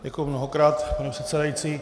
Děkuji mnohokrát, pane předsedající.